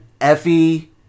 Effie